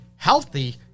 healthy